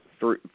Three